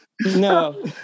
No